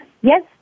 yes